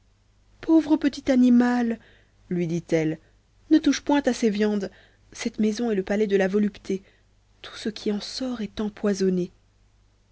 pauvre petit animal lui dit-elle ne touche point à ces viandes cette maison est le palais de la volupté tout ce qui en sort est empoisonné